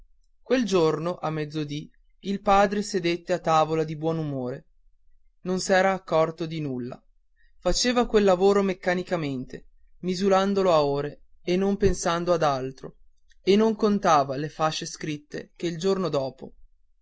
quel giorno a mezzodì il padre sedette a tavola di buon umore non s'era accorto di nulla faceva quel lavoro meccanicamente misurandolo a ore e pensando ad altro e non contava le fasce scritte che il giorno dopo